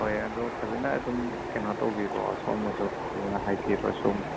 ꯍꯣꯏ ꯑꯗꯣ ꯐꯖꯅ ꯑꯗꯨꯝ ꯀꯩꯅꯣ ꯇꯧꯕꯤꯔꯛꯑꯣ ꯁꯣꯝꯅꯁꯨ ꯐꯖꯅ ꯍꯥꯏꯕꯤꯔꯣ ꯁꯣꯝꯒꯤ